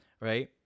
right